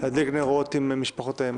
עם משפחותיהם.